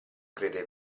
crede